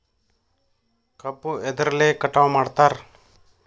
ಕಬ್ಬು ಎದ್ರಲೆ ಕಟಾವು ಮಾಡ್ತಾರ್?